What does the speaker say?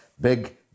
big